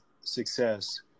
success